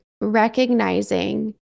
recognizing